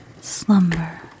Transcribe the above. slumber